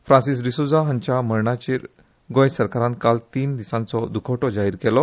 फ्रांसिस डिसोजा हांच्या मरणाचेर गोंय सरकारान काल तीन दिसांचो द्खवटो जाहीर केलो